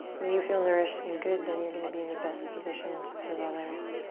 when you feel nourished and good then you're gonna be in the best position to serve others.